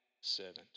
servant